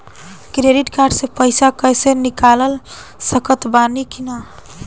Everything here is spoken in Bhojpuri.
क्रेडिट कार्ड से पईसा कैश निकाल सकत बानी की ना?